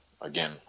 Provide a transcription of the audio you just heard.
again